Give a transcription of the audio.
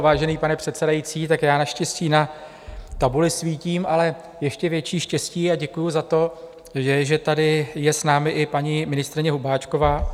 Vážený pane předsedající, já naštěstí na tabuli svítím, ale ještě větší štěstí, a děkuju za to, že tady je s námi i paní ministryně Hubáčková.